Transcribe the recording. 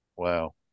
Wow